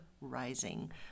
rising